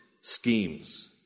schemes